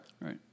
Right